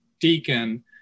deacon